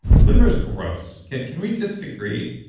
liver's gross. can can we just agree?